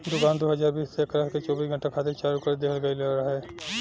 दुकान दू हज़ार बीस से एकरा के चौबीस घंटा खातिर चालू कर दीहल गईल रहे